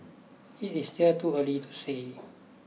it is still too early to say